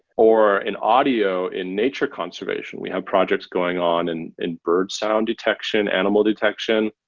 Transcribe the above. or an audio in nature conservation. we have projects going on and in bird sound detection, animal detection.